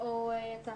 הוא יצא.